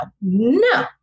no